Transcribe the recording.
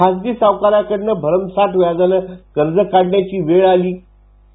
खासगी सावकारा कडून भरमसाठ व्याजाने कर्ज काढण्याची देळ आली होती